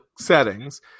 settings